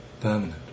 permanent